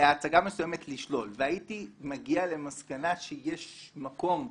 -- והייתי מגיע למסקנה, שיש מקום,